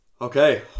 Okay